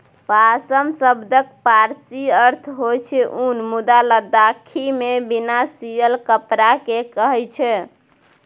पाश्म शब्दक पारसी अर्थ होइ छै उन मुदा लद्दाखीमे बिना सियल कपड़ा केँ कहय छै